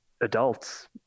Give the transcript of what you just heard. adults